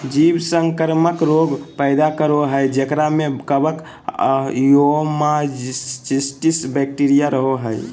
जीव संक्रामक रोग पैदा करो हइ जेकरा में कवक, ओमाइसीट्स, बैक्टीरिया रहो हइ